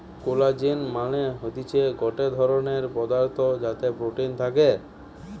collagen মানে হতিছে গটে ধরণের পদার্থ যাতে প্রোটিন থাকে